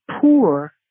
poor